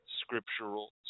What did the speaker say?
scriptural